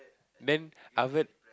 then after that